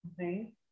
okay